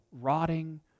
rotting